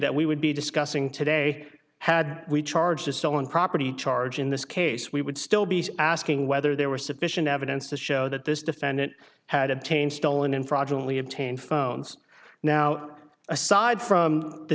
that we would be discussing today had we charged a stolen property charge in this case we would still be asking whether there was sufficient evidence to show that this defendant had obtained stolen and fraudulently obtained phones now aside from the